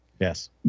Yes